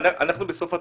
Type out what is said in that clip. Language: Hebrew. אנחנו בסוף התהליך.